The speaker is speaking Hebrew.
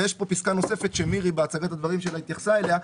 יש כאן פסקה נוספת שמירי בהצגת הדברים שלה התייחסה אליה,